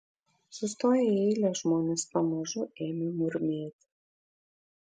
sustoję į eilę žmonės pamažu ėmė murmėti